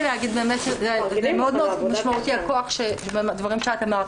זה מאוד משמעותי הכוח שבדברים שאת אמרת.